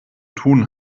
tun